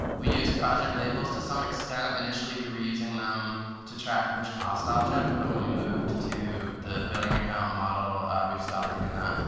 we use project labels to some extent. initially, we were using them to track which cost object. but when we moved to the billing account model, we've stopped doing that.